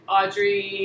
Audrey